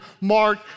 Mark